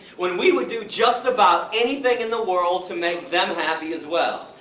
when we would do just about anything in the world to make them happy as well.